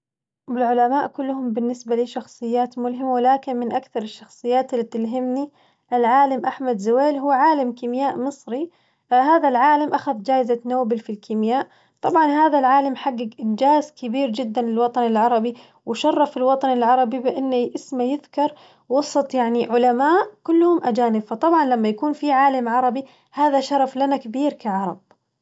العلماء كلهم بالنسبة لي شخصيات ملهمة ولكن من أكثر الشخصيات اللي تلهمني العالم أحمد زويل، هو عالم كيمياء مصري هذا العالم أخذ جايزة نوبل في الكيمياء، طبعاً هذا العالم حقق انجاز كبير جداً للوطن العربي وشرف الوطن العربي بإن اسمه يذكر وسط يعني علماء كلهم أجانب، فطبعاً لما يكون في عالم عربي هذا شرف لنا كبير كعرب.